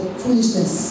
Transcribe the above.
foolishness